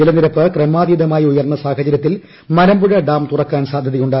ജലനിരപ്പ് ക്രമാതീതമായിട്ട് ഉയർന്ന സാഹചര്യത്തിൽ മലമ്പുഴ ഡാം തുറക്കാൻ സാധ്യതയുണ്ട്